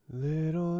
Little